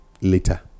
later